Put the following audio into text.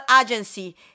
Agency